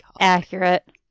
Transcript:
Accurate